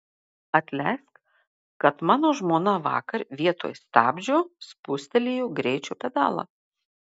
atleisk kad mano žmona vakar vietoj stabdžio spustelėjo greičio pedalą